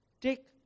take